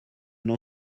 n’en